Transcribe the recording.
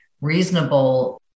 reasonable